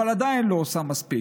אבל עדיין לא עושה מספיק.